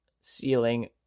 ceiling